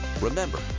Remember